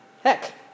heck